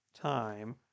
time